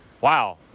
wow